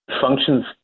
functions